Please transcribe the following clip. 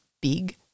big